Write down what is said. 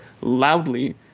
loudly